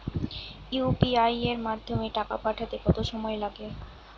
UPI এর মাধ্যমে টাকা পাঠাতে কত সময় লাগে?